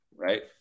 right